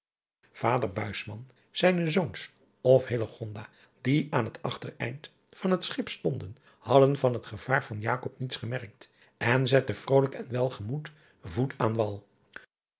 ader zijne zoons of die aan het achtereind van het schip stonden hadden van het gevaar van niets gemerkt en zetten vrolijk en welge moed voet aan wal